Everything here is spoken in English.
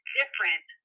different